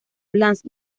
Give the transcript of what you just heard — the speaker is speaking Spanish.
blast